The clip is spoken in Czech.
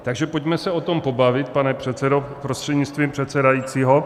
Takže pojďme se o tom pobavit, pane předsedo prostřednictvím předsedajícího.